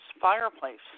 fireplace